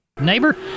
Neighbor